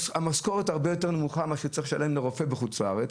המשכורת הרבה יותר נמוכה ממה שצריך לשלם לרופא בחוץ לארץ.